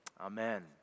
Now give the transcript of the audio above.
Amen